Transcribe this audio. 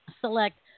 select